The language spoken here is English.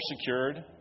secured